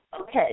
Okay